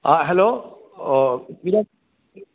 आं हॅलो